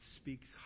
speaks